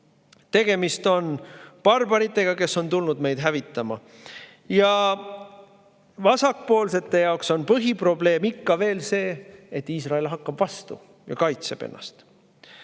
Tegemist on barbaritega, kes on tulnud meid hävitama. Vasakpoolsete jaoks on põhiprobleem ikka veel see, et Iisrael hakkab vastu ja kaitseb ennast.